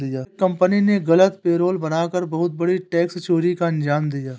एक कंपनी ने गलत पेरोल बना कर बहुत बड़ी टैक्स चोरी को अंजाम दिया